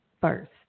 first